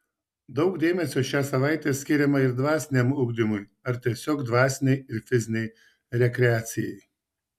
daug dėmesio šią savaitę skiriama ir dvasiniam ugdymui ar tiesiog dvasinei ir fizinei rekreacijai